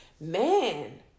Man